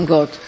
God